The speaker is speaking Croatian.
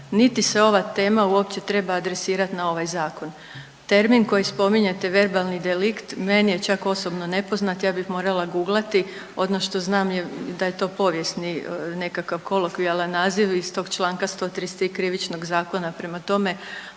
niti se ova tema uopće treba adresirat na ovaj zakon. Termin koji spominjete „verbalni delikt“ meni je čak osobno nepoznat, ja bih morala guglati, ono što znam je da je to povijesni nekakav kolokvijalan naziv iz tog čl. 133. Krivičnog zakona, prema tome